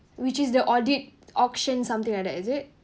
which is the audit auction something like that is it